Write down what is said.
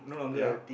ya